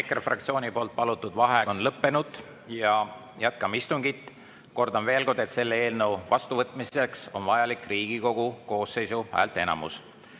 EKRE fraktsiooni poolt palutud vaheaeg on lõppenud ja jätkame istungit. Kordan veel kord, et selle eelnõu vastuvõtmiseks on vajalik Riigikogu koosseisu häälteenamus.